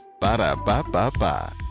Ba-da-ba-ba-ba